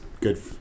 good